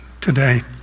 today